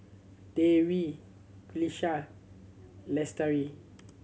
Dewi Qalisha Lestari